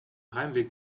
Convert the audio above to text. heimweg